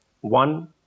one